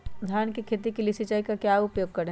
धान की खेती के लिए सिंचाई का क्या उपयोग करें?